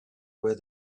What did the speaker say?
where